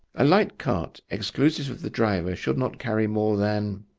a light cart, exclusive of the driver, should not carry more than.